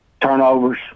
Turnovers